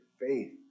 faith